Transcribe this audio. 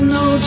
no